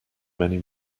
many